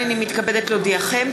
הנני מתכבדת להודיעכם,